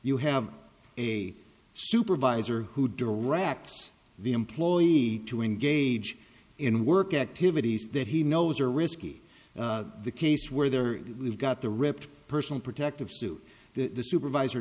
you have a supervisor who directs the employee to engage in work activities that he knows are risky the case where there we've got the rip personal protective suit the supervisor